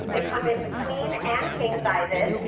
they come in queen and king sizes.